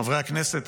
חברי הכנסת,